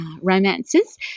romances